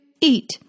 eat